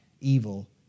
evil